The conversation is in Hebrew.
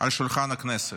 על שולחן הכנסת.